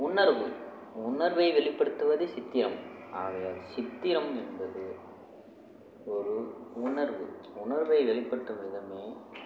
உணர்வு உணர்வை வெளிப்படுத்துவது சித்திரம் ஆகையால் சித்திரம் என்பது ஒரு உணர்வு உணர்வை வெளிப்படுத்தும் விதமே